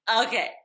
Okay